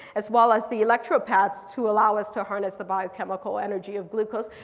as well as the electro pads to allow us to harness the biochemical energy of glucose.